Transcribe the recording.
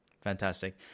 Fantastic